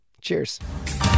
Cheers